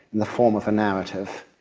in the form of a narrative.